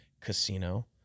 Casino